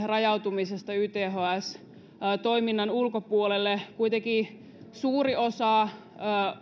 rajautumisesta yths toiminnan ulkopuolelle kuitenkin suuri osa